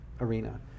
arena